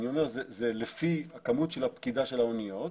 זה לפי הכמות של הפקידה של האוניות,